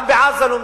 גם בעזה לומדים,